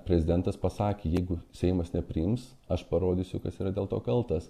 prezidentas pasakė jeigu seimas nepriims aš parodysiu kas yra dėl to kaltas